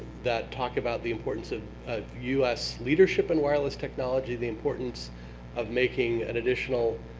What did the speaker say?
that talk about the importance of u s. leadership in wireless technology, the importance of making an additional